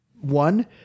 One